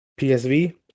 psv